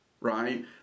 right